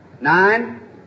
Nine